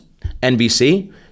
NBC